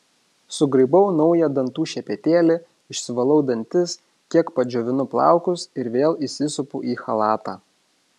sugraibau naują dantų šepetėlį išsivalau dantis kiek padžiovinu plaukus ir vėl įsisupu į chalatą